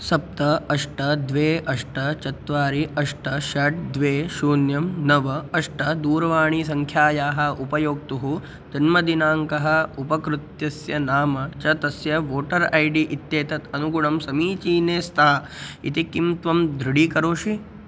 सप्त अष्ट द्वे अष्ट चत्वारि अष्ट षट् द्वे शून्यं नव अष्ट दूरवाणीसङ्ख्यायाः उपयोक्तुः जन्मदिनाङ्कः उपकृतस्य नाम च तस्य वोटर् ऐ डी इत्येतत् अनुगुणं समीचीने स्तः इति किं त्वं दृढीकरोषि